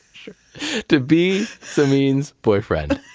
to be samin's boyfriend